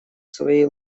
свои